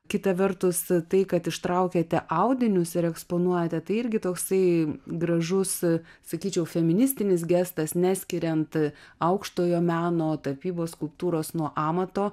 kita vertus tai kad ištraukiate audinius ir eksponuojate tai irgi toksai gražus sakyčiau feministinis gestas neskiriant aukštojo meno tapybos skulptūros nuo amato